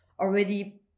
already